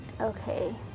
Okay